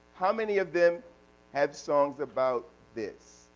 how many of them have songs about this?